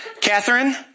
Catherine